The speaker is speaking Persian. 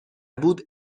بود